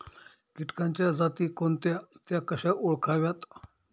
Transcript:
किटकांच्या जाती कोणत्या? त्या कशा ओळखाव्यात?